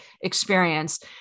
experience